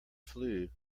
flue